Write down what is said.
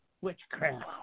witchcraft